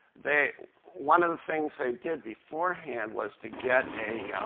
they one of the things they did beforehand was to get a